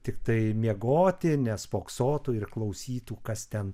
tiktai miegoti nes spoksotų ir klausytų kas ten